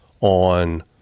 on